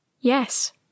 yes